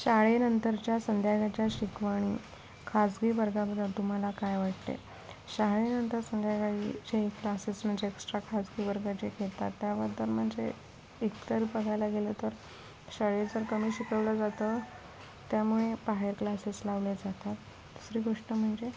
शाळेनंतरच्या संध्याकाळच्या शिकवणी खाजगी वर्गाबद्दल तुम्हाला काय वाटते शाळेनंतर संध्याकाळीचे क्लासेस म्हणजे एक्स्ट्रा खाजगी वर्ग जे घेतात त्याबद्दल म्हणजे एकतर बघायला गेलं तर शाळेत जर कमी शिकवलं जातं त्यामुळे बाहेर क्लासेस लावले जातात दुसरी गोष्ट म्हणजे